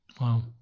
Wow